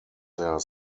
their